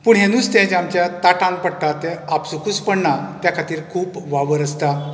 पूण हे नुस्तें जे आमच्या ताटान पडटा तें आपसुकूच पडना तें खातीर खूब वावर आसता